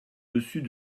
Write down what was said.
dessus